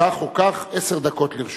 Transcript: כך או כך, עשר דקות לרשותך.